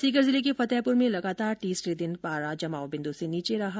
सीकर जिले के फतेहपुर में लगातार तीसरे दिन परा जमाव बिन्दू से नीचे रहा